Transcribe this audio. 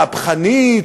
מהפכנית,